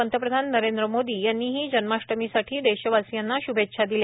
पंतप्रधान नरेंद्र मोदी यांनीही जन्माष्टमीसाठी देशवासियांना शभेच्छा दिल्या